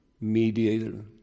mediator